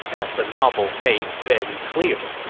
as the novel made very clear.